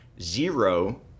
zero